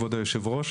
כבוד יושב הראש.